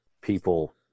people